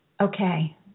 okay